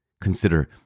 consider